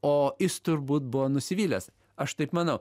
o jis turbūt buvo nusivylęs aš taip manau